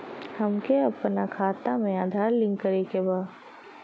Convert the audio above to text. हमके अपना खाता में आधार लिंक करें के बा?